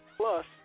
Plus